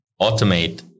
automate